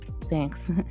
Thanks